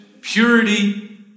purity